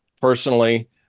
personally